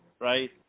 right